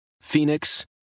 Phoenix